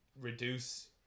reduce